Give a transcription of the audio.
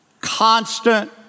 constant